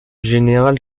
général